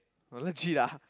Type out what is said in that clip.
legit ah